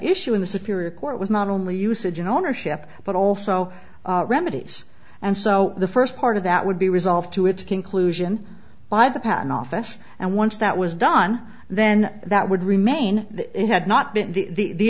issue in the superior court was not only usage and ownership but also remedies and so the first part of that would be resolved to its conclusion by the patent office and once that was done then that would remain the it had not been the